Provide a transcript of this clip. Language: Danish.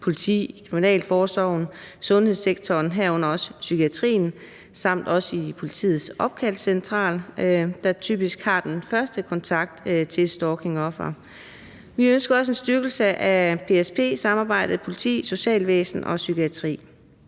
politiet, kriminalforsorgen, sundhedssektoren, herunder også psykiatrien, samt også i politiets opkaldscentral, der typisk har den første kontakt til stalkingofre. Vi ønsker også en styrkelse af PSP-samarbejdet, politiet, socialvæsenet og psykiatrien.